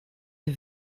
est